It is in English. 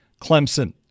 Clemson